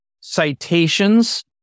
citations